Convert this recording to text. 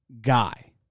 guy